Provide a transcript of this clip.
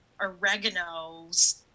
oregano's